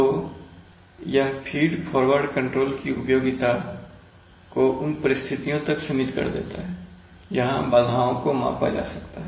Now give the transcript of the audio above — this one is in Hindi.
तो यह फीड फॉरवर्ड कंट्रोल की उपयोगिता को उन परिस्थितियों तक सीमित कर देता है जहां बाधाओं को मापा जा सकता है